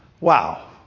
Wow